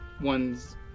One's